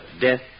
death